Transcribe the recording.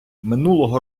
минулого